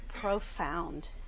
profound